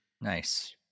Nice